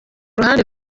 ruhande